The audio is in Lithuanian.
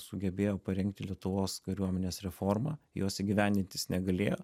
sugebėjo parengti lietuvos kariuomenės reformą jos įgyvendint jis negalėjo